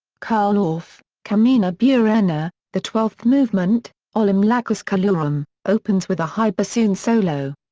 carl orff carmina burana, the twelfth movement, olim lacus colueram, opens with a high bassoon solo.